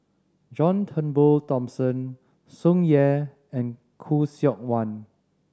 John Turnbull Thomson Tsung Yeh and Khoo Seok Wan